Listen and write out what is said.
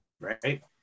right